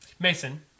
Mason